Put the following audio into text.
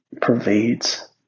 pervades